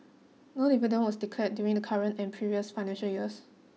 no dividends were declared during the current and previous financial years